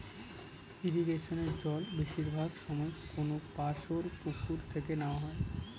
ইরিগেশনের জল বেশিরভাগ সময় কোনপাশর পুকুর থেকে নেওয়া হয়